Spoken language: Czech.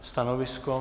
Stanovisko?